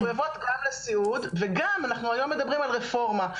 אז אנחנו מדברות גם על הסיעוד וגם אנחנו היום מדברים על רפורמה,